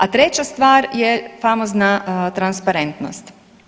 A treća stvar je famozna transparentnost.